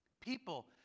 people